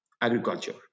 agriculture